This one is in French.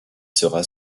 sera